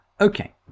Okay